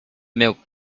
milk